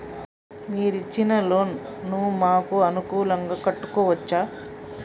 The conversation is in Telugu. మీరు ఇచ్చిన లోన్ ను మాకు అనుకూలంగా కట్టుకోవచ్చా?